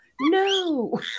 No